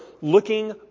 looking